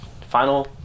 final